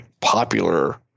popular